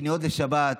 קניות לשבת,